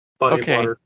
Okay